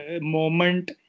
moment